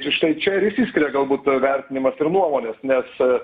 ir štai čia ir išsiskiria galbūt vertinimas ir nuomonės nes